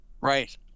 right